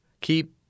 keep